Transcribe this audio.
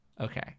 Okay